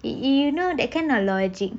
you you know that kind of logic